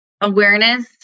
awareness